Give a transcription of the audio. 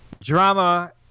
drama